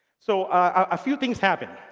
so a few things happen.